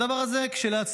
הדבר הזה כשלעצמו